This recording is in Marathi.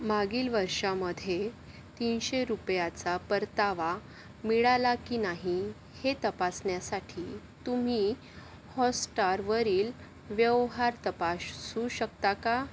मागील वर्षामध्ये तीनशे रुपयाचा परतावा मिळाला की नाही हे तपासण्यासाठी तुम्ही हॉटस्टारवरील व्यवहार तपासू शकता का